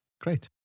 Great